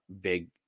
big